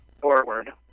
forward